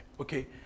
Okay